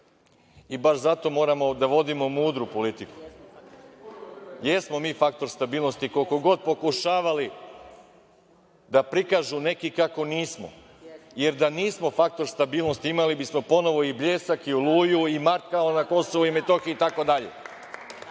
Baš zato moramo da vodimo mudru politiku. Jesmo mi faktor stabilnosti koliko god pokušavali da prikažu neki kako nismo, jer da nismo faktor stabilnosti imali bismo ponovo i „Bljesak“ i „Oluju“ i „Markale“, na Kosovu i Metohiji, itd.